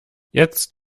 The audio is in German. jetzt